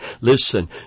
Listen